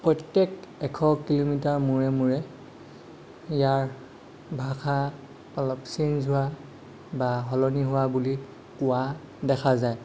প্ৰত্যেক এশ কিলোমিটাৰ মূৰে মূৰে ইয়াৰ ভাষা অলপ ছেঞ্জ হোৱা বা সলনি হোৱা বুলি কোৱা দেখা যায়